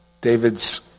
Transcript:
David's